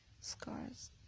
scars